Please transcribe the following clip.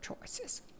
choices